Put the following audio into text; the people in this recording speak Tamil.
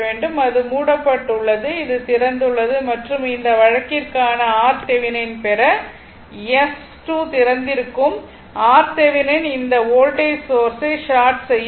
அது மூடப்பட்டுள்ளது இது திறந்துள்ளது மற்றும் இந்த வழக்கிற்கான RThevenin ஐப் பெற S2 திறந்திருக்கும் RThevenin வோல்டேஜ் சோர்ஸ் ஐ ஷார்ட் செய்ய வேண்டும்